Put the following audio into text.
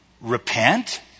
repent